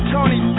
Tony